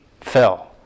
fell